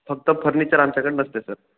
फक्त फर्निचर आमच्याकडं नसते सर